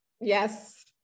Yes